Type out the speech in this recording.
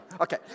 okay